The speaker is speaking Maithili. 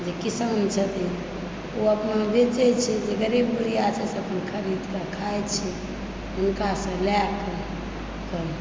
जे किसान छथिन ओ अपना बेचै छै जे गरीब गुरबा छै से अपन खरीदके खाए छै हुनकासंँ लए कऽ तऽ